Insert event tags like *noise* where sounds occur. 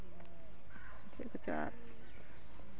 *unintelligible*